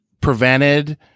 prevented